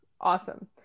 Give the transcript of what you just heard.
Awesome